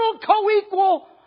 co-equal